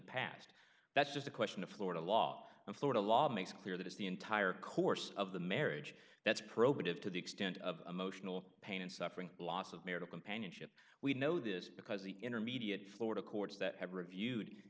past that's just a question of florida law and florida law makes clear that it's the entire course of the marriage that's probative to the extent of emotional pain and suffering loss of marital companionship we know this because the intermediate florida courts that have reviewed